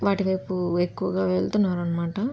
వాటివైపు ఎక్కువగా వెళుతున్నారు అన్నమాట